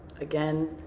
Again